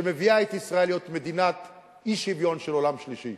שמביאה את ישראל להיות מדינת אי-שוויון של עולם שלישי.